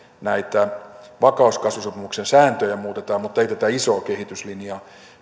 vakaus ja kasvusopimuksen sääntöjä muutetaan mutta ei tätä isoa kehityslinjaa